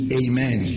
amen